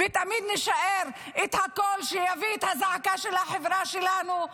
תמיד נישאר הקול שיביא את הזעקה של החברה שלנו,